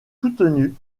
soutenus